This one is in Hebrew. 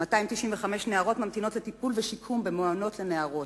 295 נערות ממתינות לטיפול ולשיקום במעונות לנערות.